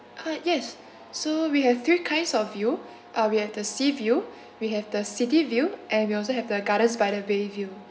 ah yes so we have three kinds of view uh we have the sea view we have the city view and we also have the gardens by the bay view